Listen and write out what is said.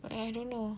but I don't know